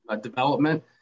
development